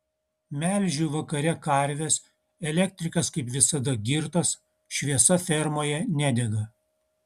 melžiu vakare karves elektrikas kaip visada girtas šviesa fermoje nedega